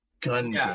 gun